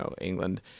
England